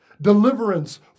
deliverance